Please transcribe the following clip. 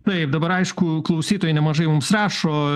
taip dabar aišku klausytojai nemažai mums rašo